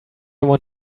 want